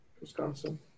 Wisconsin